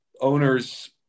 owners